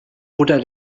oder